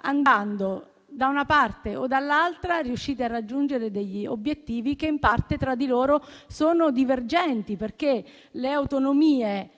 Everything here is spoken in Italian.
andando da una parte o dall'altra, riuscite a raggiungere obiettivi che in parte sono divergenti tra di loro, perché le autonomie